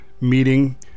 meeting